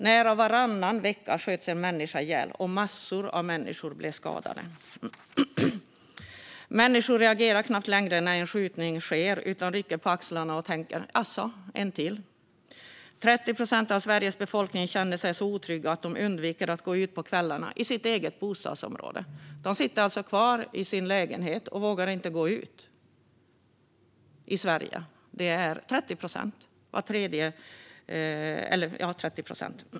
Nästan varannan vecka sköts en människa ihjäl, och massor av människor blev skadade. Människor reagerar knappt längre när en skjutning sker utan rycker på axlarna och tänker: Jaså, en till. 30 procent av Sveriges befolkning känner sig så otrygga att de undviker att gå ut på kvällarna i sitt eget bostadsområde. De sitter alltså kvar i sin lägenhet och vågar inte gå ut - i Sverige, 30 procent!